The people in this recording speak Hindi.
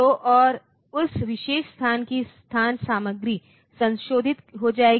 तो और उस विशेष स्थान की स्थान सामग्री संशोधित हो जाएगी